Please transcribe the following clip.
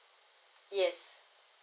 yes